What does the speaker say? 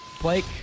Blake